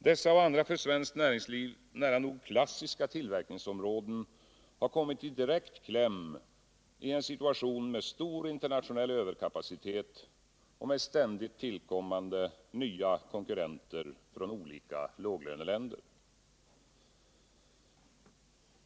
Dessa och andra för svenskt näringsliv nära nog klassiska tillverkningsområden har kommit i direkt kläm i en situation med stor internationell överkapacitet och ständigt tillkommande nya konkurrenter från olika låglöneländer.